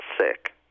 sick